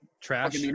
trash